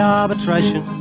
arbitration